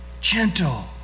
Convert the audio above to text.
gentle